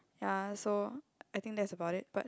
ya so I think that's about it but